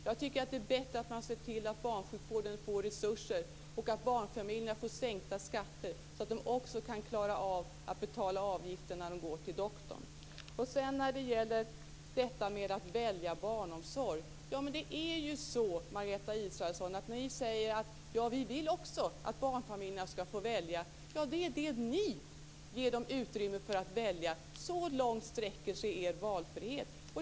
Jag tycker att det är bättre att man ser till att barnsjukvården får resurser och att barnfamiljerna får sänkta skatter så att de också kan klara av att betala avgifter när de går till doktorn. Sedan till frågan om att välja barnomsorg. Ni säger, Margareta Israelsson, att också ni vill att barnfamiljerna skall få välja. Men det gäller det ni ger dem utrymme att välja. Så långt sträcker sig er valfrihet.